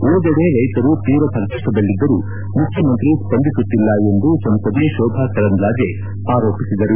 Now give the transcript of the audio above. ಉಳಿದೆಡೆ ರೈತರು ತೀವ್ರ ಸಂಕಷ್ಟದಲ್ಲಿದ್ದರೂ ಮುಖ್ಯಮಂತ್ರಿ ಸ್ಪಂದಿಸುತ್ತಿಲ್ಲ ಎಂದು ಸಂಸದೆ ಶೋಭಾ ಕರಂದ್ಲಾಜೆ ಆರೋಪಿಸಿದರು